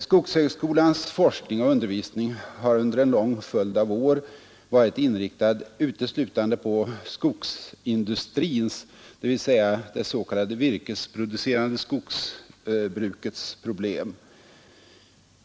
Skogshögskolans forskning och undervisning har under en lång följd av år varit inriktad uteslutande på skogsindustrins — dvs. det s.k. virkesproducerande skogsbruket — problem.